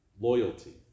loyalty